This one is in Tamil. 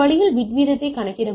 பிட் வீதத்தை கணக்கிட முடியும்